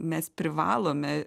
mes privalome